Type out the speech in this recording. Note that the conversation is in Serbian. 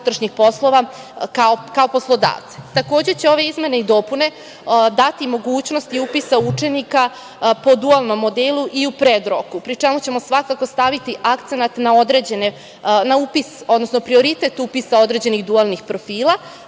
unutrašnjih poslova kao poslodavce. Takođe, ove izmene i dopune će dati mogućnost i upisa učenika po dualnom modelu i u predroku, pri čemu ćemo svakako staviti akcenat na prioritet upisa određenih dualnih profila,